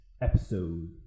episode